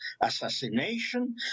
assassination